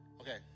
Okay